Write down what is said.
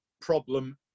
problem